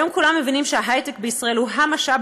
היום כולם מבינים שההיי-טק בישראל הוא המשאב